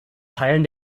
teilen